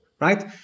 right